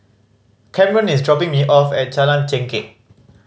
Camren is dropping me off at Jalan Chengkek